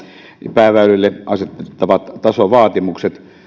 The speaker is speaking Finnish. pääväylille asetettavat tasovaatimukset